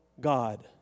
God